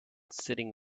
sitting